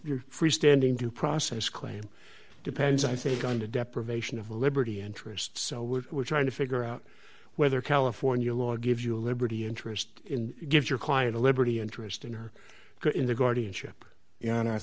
you're freestanding due process claim depends i think on the deprivation of liberty interest so we're trying to figure out whether california law gives you a liberty interest in gives your client a liberty interest in her in the guardianship and i